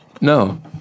No